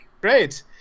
Great